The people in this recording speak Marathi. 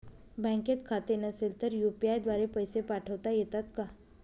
बँकेत खाते नसेल तर यू.पी.आय द्वारे पैसे पाठवता येतात का?